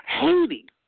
Haiti